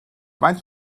faint